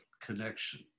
connection